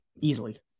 easily